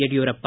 Yediyurappa